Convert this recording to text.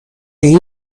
این